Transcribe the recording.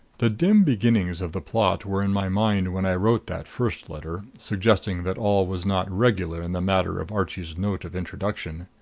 the dim beginnings of the plot were in my mind when i wrote that first letter, suggesting that all was not regular in the matter of archie's note of introduction.